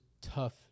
tough